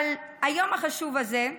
אבל ביום החשוב הזה,